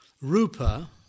Rupa